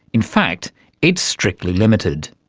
in fact it's strictly limited.